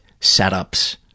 setups